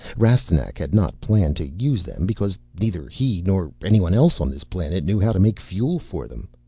rastignac had not planned to use them because neither he nor any one else on this planet knew how to make fuel for them.